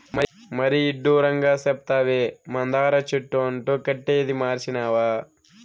మరీ ఇడ్డూరంగా సెప్తావే, మందార చెట్టు అంటు కట్టేదీ మర్సినావా